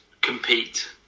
compete